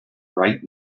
right